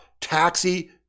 taxi